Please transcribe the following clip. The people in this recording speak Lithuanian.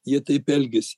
jie taip elgiasi